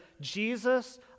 Jesus